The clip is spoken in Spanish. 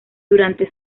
durante